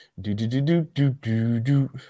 Do-do-do-do-do-do-do